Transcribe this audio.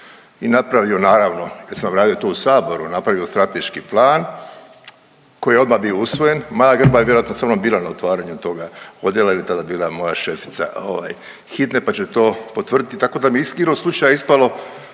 i napravio naravno, kad sam radio tu u saboru napravio strateški plan koji je odma bio usvojen, Maja Grba je vjerojatno sa mnom bila na otvaranju toga odjela jer je tada bila moja šefica ovaj hitne, pa će to potvrditi, tako da mi je igrom slučaja ispalo